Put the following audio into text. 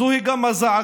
זוהי גם הזעקה